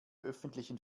öffentlichen